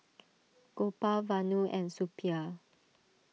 Gopal Vanu and Suppiah